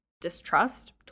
distrust